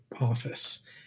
office